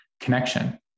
connection